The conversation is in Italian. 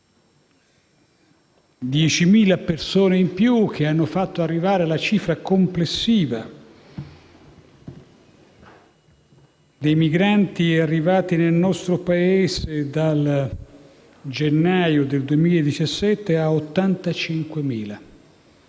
10.000 persone in più che hanno fatto arrivare la cifra complessiva dei migranti giunti nel nostro Paese dal gennaio 2017 a 85.000: